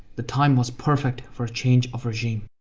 the time was perfect for a change of regime.